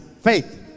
Faith